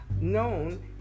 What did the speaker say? known